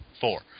four